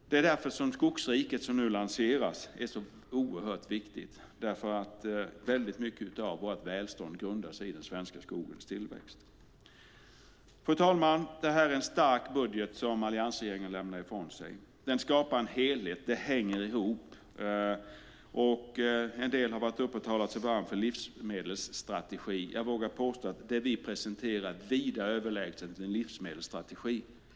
Det är därför som Skogsriket som nu lanseras är så oerhört viktigt: Väldigt mycket av vårt välstånd grundar sig i den svenska skogens tillväxt. Fru talman! Alliansregeringen lämnar ifrån sig en stark budget som skapar en helhet som hänger ihop. En del har varit uppe och talat sig varma för en livsmedelsstrategi. Jag vågar påstå att det vi presenterar är vida överlägset en livsmedelsstrategi.